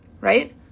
Right